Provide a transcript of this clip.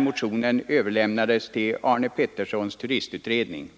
Motionen överlämnades till Arne Petterssons turistutredning.